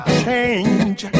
change